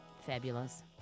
Fabulous